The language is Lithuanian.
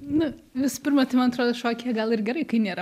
nu visų pirma tai man atrodo šokyje gal ir gerai kai nėra